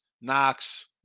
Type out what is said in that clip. Knox